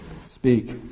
Speak